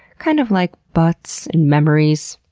kind of like butts and memories,